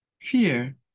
Fear